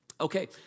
Okay